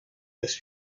los